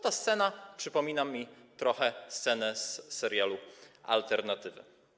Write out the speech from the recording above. Ta scena przypomina mi trochę scenę z serialu „Alternatywy”